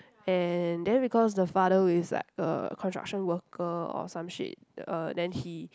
and then because the father is like uh construction worker or some shit uh then he